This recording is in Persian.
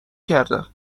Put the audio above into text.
کردم